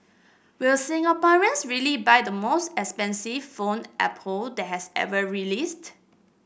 will Singaporeans really buy the most expensive phone Apple that has ever released